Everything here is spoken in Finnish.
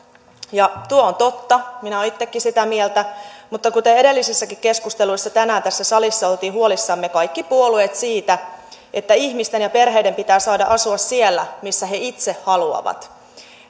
tuo on totta minä olen itsekin sitä mieltä mutta kuten edellisissäkin keskusteluissa tänään tässä salissa olimme huolissamme kaikki puolueet siitä että ihmisten ja perheiden pitää saada asua siellä missä he itse haluavat